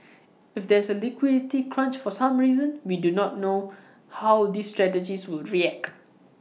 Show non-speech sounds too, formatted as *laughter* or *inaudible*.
*noise* if there's A liquidity crunch for some reason we do not know how these strategies would react